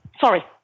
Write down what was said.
sorry